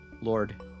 Lord